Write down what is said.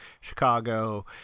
Chicago